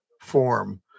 form